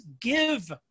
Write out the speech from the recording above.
give